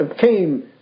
came